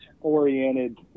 oriented